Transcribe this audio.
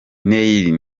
neil